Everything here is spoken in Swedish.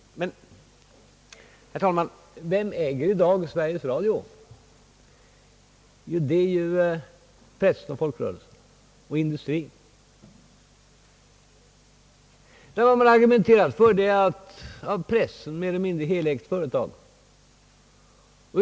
Men, herr talman, vem äger i dag Sveriges Radio? Det är ju pressen, folkrörelserna och industrin. Här har argumenterats för ett av pressen mer eller mindre helägt företag.